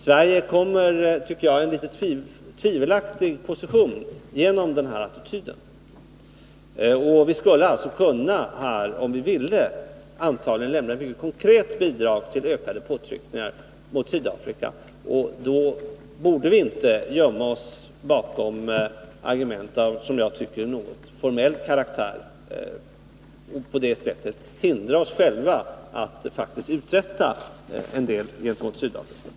Sverige kommer i en tvivelaktig position genom den attityden. Om vi ville skulle vi antagligen kunna lämna ett konkret bidrag till ökade påtryckningar mot Sydafrika. Då borde vi inte gömma oss bakom argument av som jag tycker något formell karaktär. På det sättet hindrar vi oss själva att uträtta något mot Sydafrika.